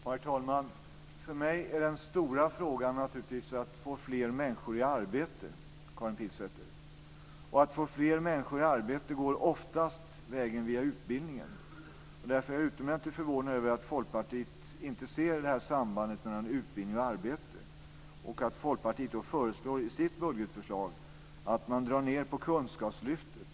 Herr talman! För mig är den stora frågan att få fler människor i arbete, Karin Pilsäter. Vägen till att få det går oftast via utbildningen. Därför är jag utomordentligt förvånad över att Folkpartiet inte ser detta samband mellan utbildning och arbete. Folkpartiet föreslår ju i sitt budgetförslag att dra ned på kunskapslyftet.